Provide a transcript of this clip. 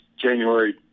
January